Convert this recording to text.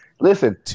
Listen